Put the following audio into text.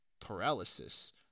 paralysis